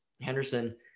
Henderson